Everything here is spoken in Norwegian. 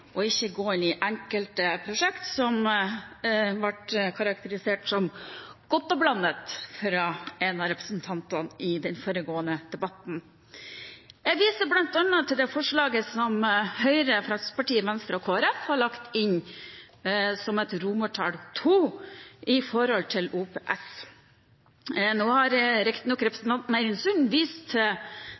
og ikke gå inn i enkelte prosjekter som ble karakterisert som «godt og blandet» av en av representantene tidligere i debatten. Jeg viser bl.a. til det forslaget som Høyre, Fremskrittspartiet, Venstre og Kristelig Folkeparti har lagt inn som et romertall II når det gjelder OPS. Nå har riktignok representanten Eirin Sund vist